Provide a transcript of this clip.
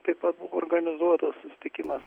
taip pat buvo organizuotas susitikimas